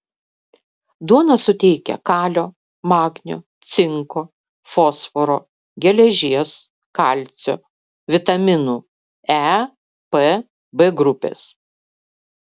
duona suteikia kalio magnio cinko fosforo geležies kalcio vitaminų e p b grupės